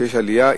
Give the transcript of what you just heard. שיש עלייה,